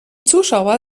zuschauer